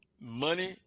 money